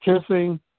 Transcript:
kissing